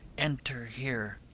enter here.